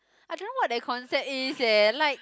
I don't know what that concept is eh like